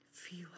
Feel